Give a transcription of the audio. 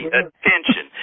attention